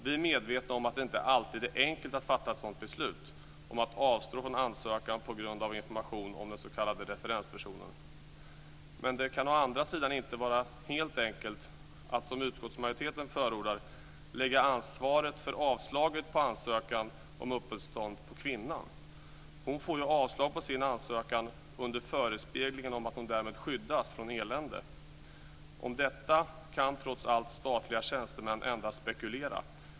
Vi är medvetna om att det inte alltid är enkelt att fatta ett beslut om att avstå från ansökan på grund av information om den s.k. referenspersonen. Men det kan å andra sidan inte vara helt enkelt att som utskottsmajoriteten förordar lägga ansvaret för avslaget på ansökan om uppehållstillstånd på kvinnan. Hon får ju avslag på sin ansökan under förespeglingen att hon därmed skyddas från elände. Om detta kan trots allt statliga tjänstemän endast spekulera.